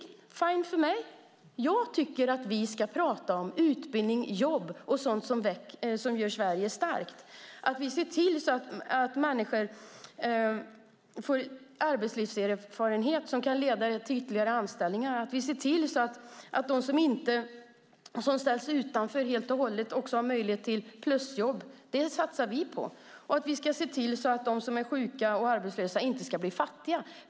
Det är fine för mig. Jag tycker att vi ska prata om utbildning, jobb och sådant som gör Sverige starkt. Vi ska se till att människor får arbetslivserfarenhet som kan leda till ytterligare anställningar. Vi ska se till att de som ställs utanför helt och hållet har möjlighet till plusjobb. Det satsar vi på. Vi ska se till att de som är sjuka och arbetslösa inte ska bli fattiga.